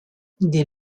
des